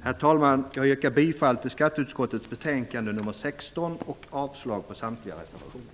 Herr talman! Jag yrkar bifall till hemställan i skatteutskottets betänkande nr 16 och avslag på samtliga reservationer.